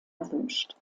erwünscht